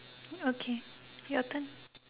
okay your turn